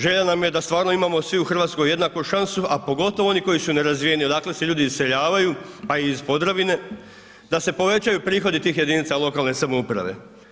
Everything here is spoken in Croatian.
Želja nam je da stvarno imamo svi u RH jednaku šansu, a pogotovo oni koji su nerazvijeni, odakle se ljudi iseljavaju, pa i iz Podravine, da se povećaju prihodi tih jedinica lokalne samouprave.